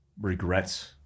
regrets